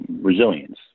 resilience